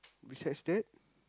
besides that